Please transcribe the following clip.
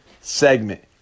segment